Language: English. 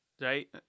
right